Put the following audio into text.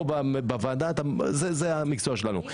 פה, בוועדה, זה המקצוע שלנו.